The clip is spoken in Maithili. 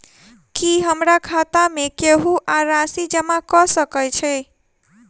की हमरा खाता मे केहू आ राशि जमा कऽ सकय छई?